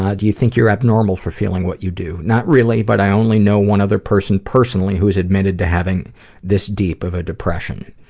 um do you think you're abnormal for feeling what you do? not really, but i only know one other person personally who's admitted to having this deep of a depression.